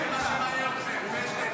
מילה לא דיברתם על החטופים מעל שנה.